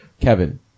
Kevin